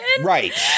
Right